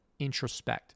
introspect